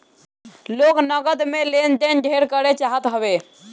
लोग नगद में लेन देन ढेर करे चाहत हवे